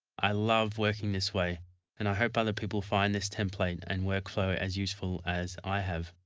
i love working this way and i hope other people find this template and workflow as useful as i have.